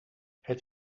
het